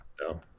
no